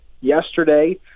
yesterday